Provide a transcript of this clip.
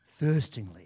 thirstingly